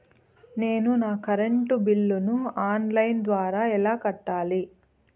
నేను నా కరెంటు బిల్లును ఆన్ లైను ద్వారా ఎలా కట్టాలి?